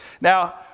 Now